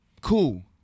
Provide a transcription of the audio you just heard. Cool